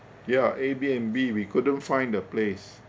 ya A_B_N_B we couldn't find the place